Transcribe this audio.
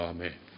Amen